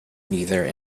neither